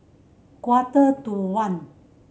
quarter to one